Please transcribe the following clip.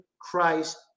Christ